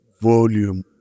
volume